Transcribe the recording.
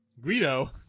Guido